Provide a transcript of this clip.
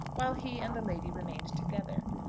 while he and the lady remained together.